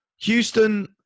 Houston